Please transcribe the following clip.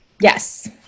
yes